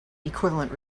equivalent